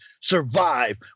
survive